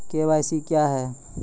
KYC क्या हैं?